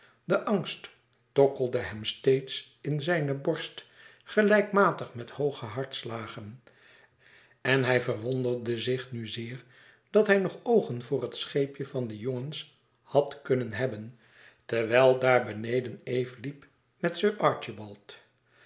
de angst tokkelde hem steeds in zijne borst gelijkmatig met hooge hartslagen en hij verwonderde zich nu zeer dat hij nog oogen voor het scheepje van die jongens had kunnen hebben terwijl daar beneden eve liep met sir archibald